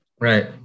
Right